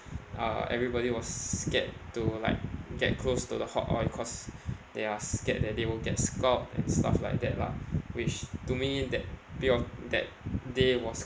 uh everybody was scared to like get close to the hot oil cause they are scared that they will get scald and stuff like that lah which to me that period of that day was